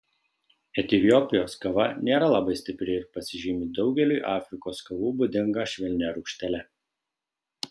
etiopijos kava nėra labai stipri ir pasižymi daugeliui afrikos kavų būdinga švelnia rūgštele